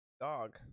dog